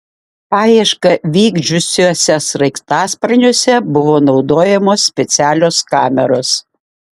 paiešką vykdžiusiuose sraigtasparniuose buvo naudojamos specialios kameros